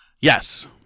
Yes